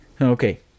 Okay